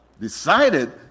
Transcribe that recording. decided